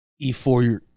E4